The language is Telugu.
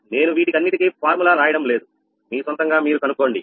నేను వీటికి అన్నిటికీ సూత్రం రాయడం లేదు మీ సొంతంగా మీరు కనుక్కోండి